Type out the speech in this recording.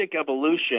evolution